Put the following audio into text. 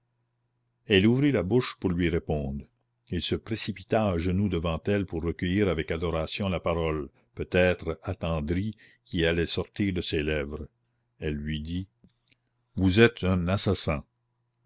elle ouvrit la bouche pour lui répondre il se précipita à genoux devant elle pour recueillir avec adoration la parole peut-être attendrie qui allait sortir de ses lèvres elle lui dit vous êtes un assassin